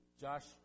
Josh